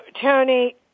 Tony